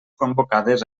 convocades